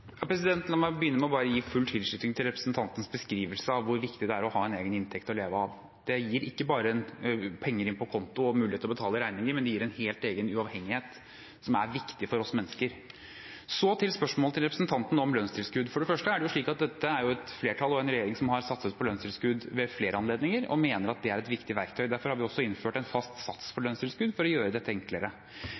La meg begynne med å gi full tilslutning til representantens beskrivelse av hvor viktig det er å ha en egen inntekt å leve av. Det gir ikke bare penger inn på konto og mulighet til å betale regninger, men det gir en helt egen uavhengighet som er viktig for oss mennesker. Så til representantens spørsmål om lønnstilskudd: Dette er et flertall og en regjering som ved flere anledninger har satset på lønnstilskudd og mener det er et viktig verktøy. Derfor har vi innført en fast sats på lønnstilskudd for å gjøre dette enklere.